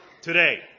Today